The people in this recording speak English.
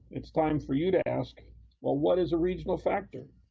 it's time for you to ask what what is a regional factor?